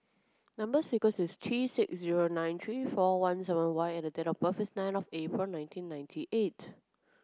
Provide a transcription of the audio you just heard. number sequence is T six zero nine three four one seven Y and date of birth is nine of April nineteen ninety eight